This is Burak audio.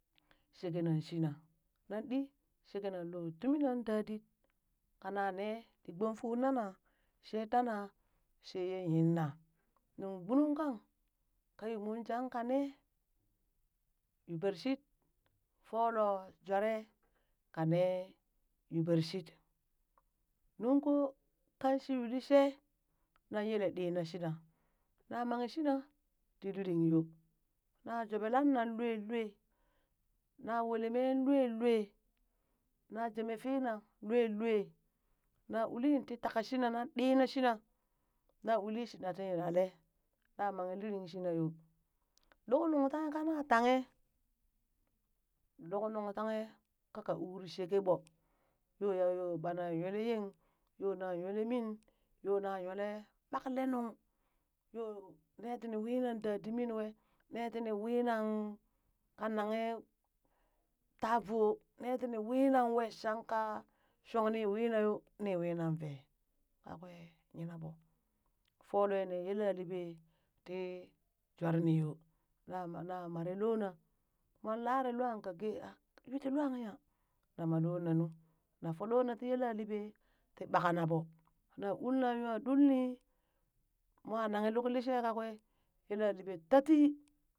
Sheka nan shina nan dii sheken nan loo tumi nan dadit, kana nee ti gbome fuu loo nana shee tana shee yee yiina, nuŋ gbunung kang kaa yuumunjang kanee yuubershit folo jweree kanee yuubershit, nung koo kang shii yuu lishee nan yele ɗi na shit na, na manghe shina ti liring yoo, na jobee lanna lua lua, na weleeme lua lua, na jemee fiina lua lua, na ulin ti taka shina nan ɗina shina, na ulishina ti nyinale, na manghe liring shina yoo, luk nung tanghe kana tanghe, luk nung tanghe kaka uri sheke ɓo, yoya yo ɓana nyole yeng, yoo na yole min yoo naa yole bakle nuŋ, yoo nee tini winan dadi min wee yoo nee tini wiina kaa nanghe tavoo, nee tini wii nan wee shanka shong ni wiina yoo ni wiinana vee, ɓakwee yina ɓoo foolee nee yela liɓe ti jware ni yoo, na mar na maree loo na, moon lare lwaan ka gee aa yuu ti lwan ya na maloo na nuu, na foo loona tii yelaliɓe tii ɓaknanu, nan ulna nwa ɗulnii, mwa nanghe luk lishee ka kwee yela liɓe tatii